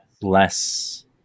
less